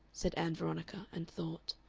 said ann veronica, and thought.